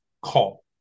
call